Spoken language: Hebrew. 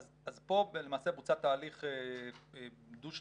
אז פה למעשה בוצע תהליך דו שלבי,